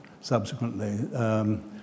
subsequently